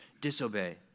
disobey